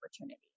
opportunity